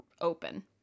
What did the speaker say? open